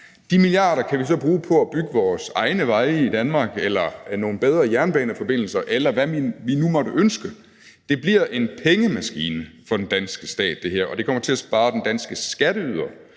De milliarder kan vi så bruge på at bygge vores egne veje i Danmark eller på nogle bedre jernbaneforbindelser, eller hvad vi nu måtte ønske. Det her bliver en pengemaskine for den danske stat, og det kommer til at spare de danske skatteydere